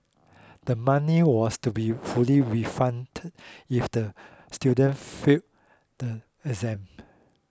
the money was to be fully refunded if the students fail the exam